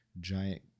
giant